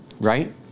right